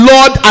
Lord